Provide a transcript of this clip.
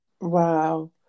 Wow